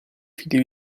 figli